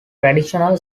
traditional